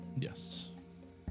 Yes